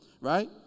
right